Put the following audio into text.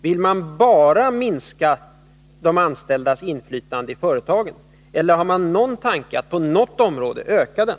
Vill man bara minska de anställdas inflytande i företagen eller har man någon tanke på att på något område öka det?